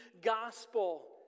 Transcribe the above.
gospel